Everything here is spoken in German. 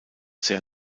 sehr